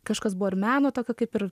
kažkas buvo ir meno tokio kaip ir